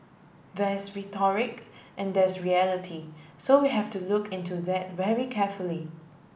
there's rhetoric and there's reality so we have to look into that very carefully